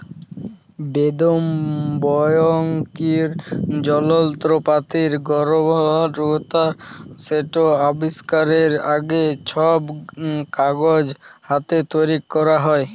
বেদম স্বয়ংকিরিয় জলত্রপাতির গরহলযগ্যতা অ সেট আবিষ্কারের আগে, ছব কাগজ হাতে তৈরি ক্যরা হ্যত